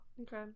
Okay